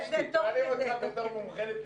צביקה, שואלים אותך בתור מומחה לפיצולים.